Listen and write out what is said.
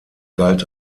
galt